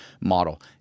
model